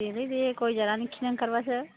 देलै दे गय जानानै खिनो ओंखारबासो